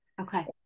Okay